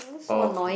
oh